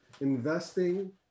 investing